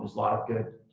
lot of good,